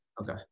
Okay